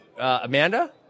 Amanda